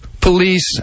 police